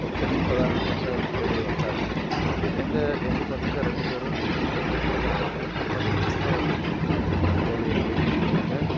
work பண்ணி இப்போ தான் ரீசன்ட்டாக ரிட்டைர்ட்டாகி வந்தாப்படி எங்கள் எங்கள் பசங்க ரெண்டு பேரும் டிகிரி படிச்சுட்ருக்காங்க ஒருத்தன் படிச்சுட்ருக்கான் ஒருத்தன் படித்து முடிச்சுட்டு வேலையை தேடிட்டுருக்காங்க